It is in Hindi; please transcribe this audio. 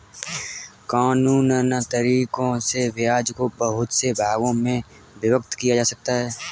कानूनन तरीकों से ब्याज को बहुत से भागों में विभक्त किया जा सकता है